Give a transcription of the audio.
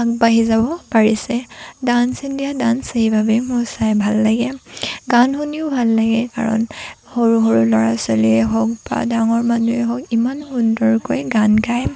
আগবাঢ়ি যাব পাৰিছে ডান্স ইণ্ডিয়া ডান্স সেইবাবেই মোৰ চাই ভাল লাগে গান শুনিও ভাল লাগে কাৰণ সৰু সৰু ল'ৰা ছোৱালীয়েই হওক বা ডাঙৰ মানুহেই হওক ইমান সুন্দৰকৈ গান গায়